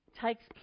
Takes